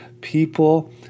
people